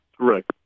Correct